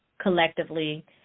collectively